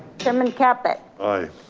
chairman caput. aye.